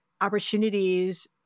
opportunities